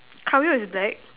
car wheel is black